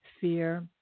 fear